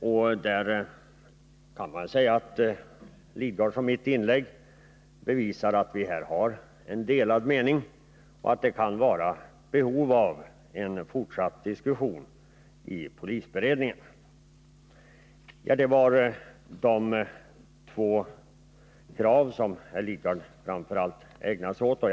I det avseendet kan man säga att herr Lidgards och mitt inlägg bevisar att vi har delade meningar och att det kan finnas behov av en fortsatt diskussion i polisberedningen. Ja, det var de två krav som herr Lidgard framför allt ägnade sig åt i sitt anförande.